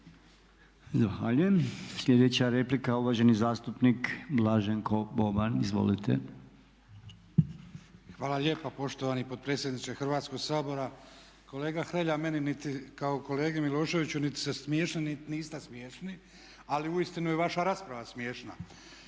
Sljedeća replika, uvaženi zastupnik Blaženko Boban. Izvolite. **Boban, Blaženko (HDZ)** Hvala lijepa poštovani potpredsjedniče Hrvatskog sabora. Kolega Hrelja meni niti, kao kolegi Miloševiću, niti ste smiješni niti niste smiješni ali uistinu je vaša rasprava smiješna.